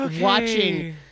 watching